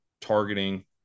targeting